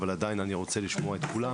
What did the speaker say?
אבל עדיין אני רוצה לשמוע את כולם.